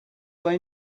they